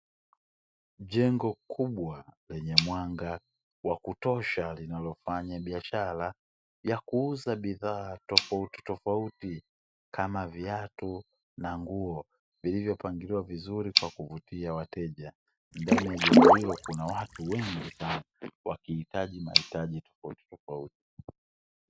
Jengo kubwa lenye mwanga wa kutosha linalofanya biashara ya kuuza bidhaa tofauti tofauti kama viatu na nguo vilivyopangiliwa vizuri kwa kuvutia wateja, ndani ya jengo hilo kuna watu wengi sana wakihitaji mahitaji tofauti tofauti.